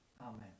amen